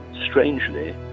Strangely